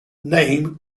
name